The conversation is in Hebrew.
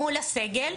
מול הסגל.